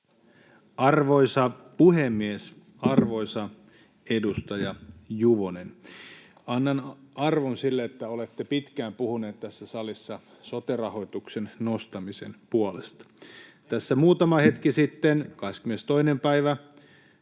Arvoisa puhemies! Arvoisa edustaja Juvonen, annan arvon sille, että olette pitkään puhunut tässä salissa sote-rahoituksen nostamisen puolesta. Tässä muutama hetki sitten, 22. päivä,